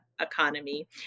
Economy